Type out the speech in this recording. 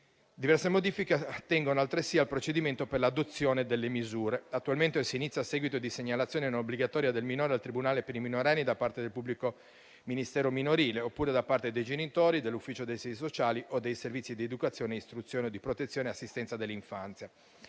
Diverse modifiche attengono altresì al procedimento per l'adozione delle misure. Attualmente si inizia a seguito di segnalazione non obbligatoria del minore al tribunale per i minorenni da parte del pubblico ministero minorile oppure da parte dei genitori, dell'ufficio dei siti sociali o dei servizi di educazione e istruzione, di protezione e assistenza dell'infanzia.